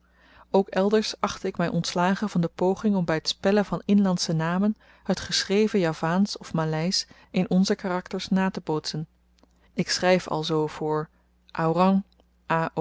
ook elders achtte ik my ontslagen van de poging om by t spellen van inlandsche namen het geschreven javaansch of maleisch in onze karakters natebootsen ik schryf alzoo voor